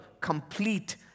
complete